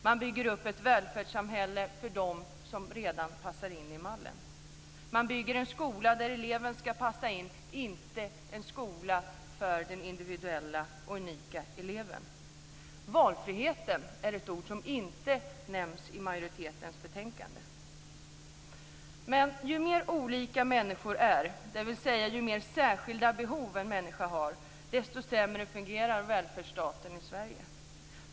Man bygger upp ett välfärdssamhälle för dem som redan passar in i mallen. Man bygger en skola där eleven ska passa in, inte en skola för individen, för den unika eleven. Valfrihet är ett ord som inte nämns i majoritetens skrivning. Ju mer olika människor är, dvs. ju fler särskilda behov som en människa har, desto sämre fungerar välfärdsstaten i Sverige.